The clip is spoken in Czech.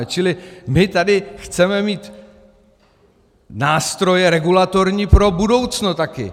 Čili my tady chceme mít nástroje regulatorní pro budoucno taky.